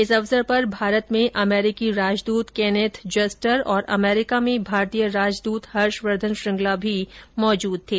इस अवसर पर भारत में अमरीकी राजदूत केनेथ जस्टर और अमरीका में भारतीय राजदूत हर्षवर्द्धन श्रंगला भी मौजूद थे